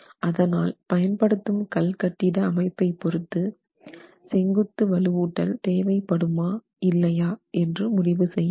அதனால் பயன்படுத்தும் கல் கட்டிட அமைப்பை பொருத்து செங்குத்து வலுவூட்டல் தேவைப்படுமா இல்லையா என்று முடிவு செய்ய வேண்டும்